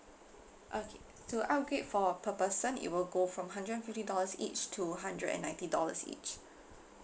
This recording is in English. okay to upgrade for per person it will go from hundred and fifty dollars each to hundred and ninety dollars each